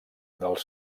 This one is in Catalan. dels